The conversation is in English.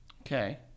Okay